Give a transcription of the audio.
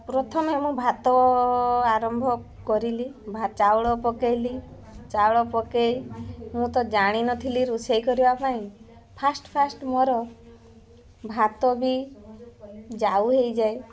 ପ୍ରଥମେ ମୁଁ ଭାତ ଆରମ୍ଭ କରିଲି ଚାଉଳ ପକେଇଲି ଚାଉଳ ପକେଇ ମୁଁ ତ ଜାଣିନଥିଲି ରୋଷେଇ କରିବା ପାଇଁ ଫାଷ୍ଟ୍ ଫାଷ୍ଟ୍ ମୋର ଭାତ ବି ଜାଉ ହେଇଯାଏ